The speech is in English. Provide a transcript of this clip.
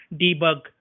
debug